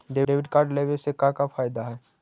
Debit card लेवे से का का फायदा है?